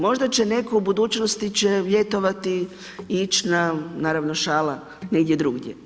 Možda će netko u budućnosti će ljetovati i ići na, naravno, šala, negdje drugdje.